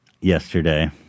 yesterday